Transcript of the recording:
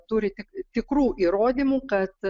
turi tik tikrų įrodymų kad